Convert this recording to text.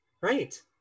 right